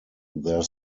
their